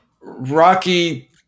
Rocky